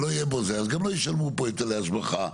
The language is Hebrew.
זה, אז גם לא ישלמו פה היטלי השבחה.